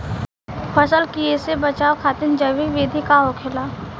फसल के कियेसे बचाव खातिन जैविक विधि का होखेला?